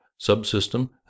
subsystem